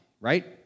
right